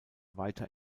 weiter